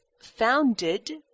founded